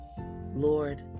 Lord